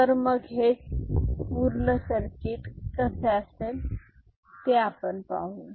तर मग हे पूर्ण सर्किट कसे असेल हे आपण पाहू